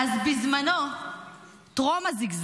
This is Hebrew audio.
אז,